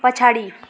पछाडि